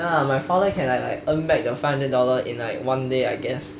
my father can like like earn back the five hundred dollar in like one day I guess